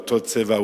הוא אותו צבע,